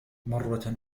مرة